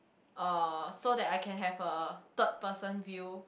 uh so that I can have a third person view